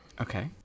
Okay